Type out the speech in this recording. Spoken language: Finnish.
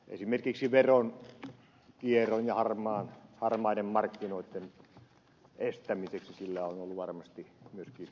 esimerkiksi veronkierron ja harmaiden markkinoiden estämiseksi sillä on ollut varmasti myöskin vaikutusta